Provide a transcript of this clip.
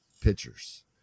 pitchers